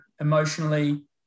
emotionally